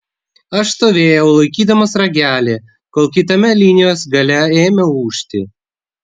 aš stovėjau laikydamas ragelį kol kitame linijos gale ėmė ūžti